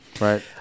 right